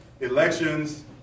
elections